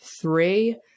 three